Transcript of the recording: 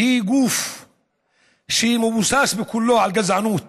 שהיא גוף שמבוסס כולו על גזענות